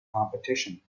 competition